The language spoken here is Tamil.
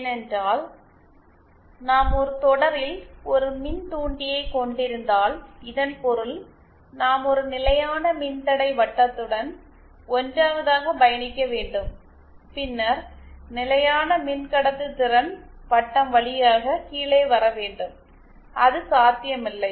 ஏனென்றால் நாம் தொடரில் ஒரு மின்தூண்டியைக் கொண்டிருந்தால் இதன் பொருள் நாம் ஒரு நிலையான மின்தடை வட்டத்துடன் 1 வதாக பயணிக்க வேண்டும் பின்னர் நிலையான மின்கடத்தும்திறன் வட்டம் வழியாக கீழே வர வேண்டும் அது சாத்தியமில்லை